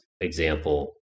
example